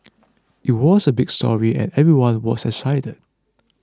it was a big story and everyone was excited